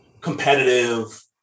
competitive